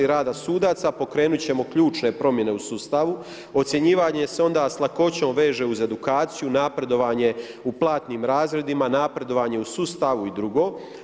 U radu sudaca, pokrenuti ćemo ključne promjene u sustavu, ocjenjivanje se onda sa lakoćom veže uz edukaciju, napredovanje u platnim razredima, napredovanje sustava i drugo.